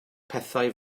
pethau